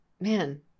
man